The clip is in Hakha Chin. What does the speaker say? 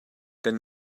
kan